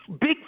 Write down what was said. big